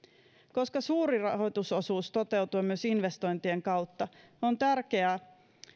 koska suuri rahoitusosuus toteutuu myös investointien kautta on tärkeää